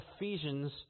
Ephesians